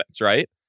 right